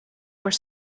were